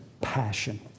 passion